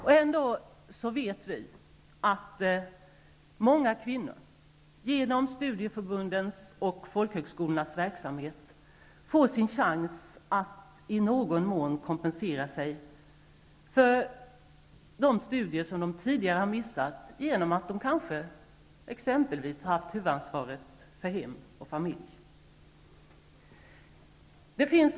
Ändå vet vi att många kvinnor genom studieförbundens och folkhögskolornas verksamhet får sin chans att i någon mån kompensera sig för de studier som de tidigare har missat på grund av att de exempelvis har haft huvudansvaret för hem och familj.